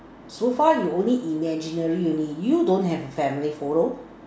so far you only imaginary only you don't have a family photo